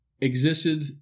existed